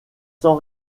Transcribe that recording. sans